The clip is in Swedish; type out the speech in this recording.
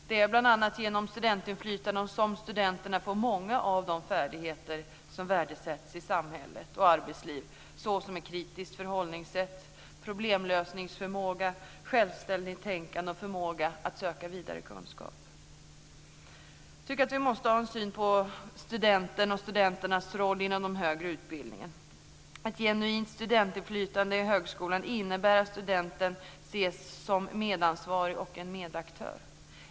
Det är bl.a. genom studentinflytande som studenterna får många av de färdigheter som värdesätts i samhället och arbetslivet såsom ett kritiskt förhållningssätt, problemlösningsförmåga, självständigt tänkande och förmåga att söka kunskap. Vi måste ha en ny syn på studenten och studentens roll inom den högre utbildningen. Ett genuint studentinflytande i högskolan innebär att studenten ses som medansvarig och en medaktör.